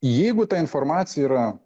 jeigu ta informacija yra